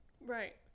right